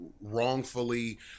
wrongfully